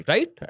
Right